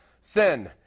Sin